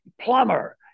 plumber